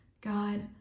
God